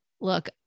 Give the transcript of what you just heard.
look